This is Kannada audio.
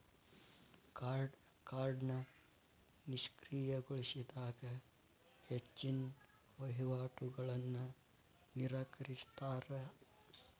ಕಾರ್ಡ್ನ ನಿಷ್ಕ್ರಿಯಗೊಳಿಸಿದಾಗ ಹೆಚ್ಚಿನ್ ವಹಿವಾಟುಗಳನ್ನ ನಿರಾಕರಿಸ್ತಾರಾ